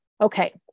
okay